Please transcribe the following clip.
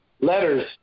letters